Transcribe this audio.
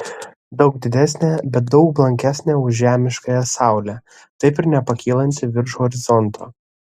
daug didesnė bet daug blankesnė už žemiškąją saulę taip ir nepakylanti virš horizonto